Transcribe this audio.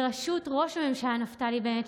בראשות ראש הממשלה נפתלי בנט,